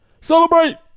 Celebrate